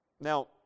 Now